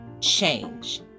change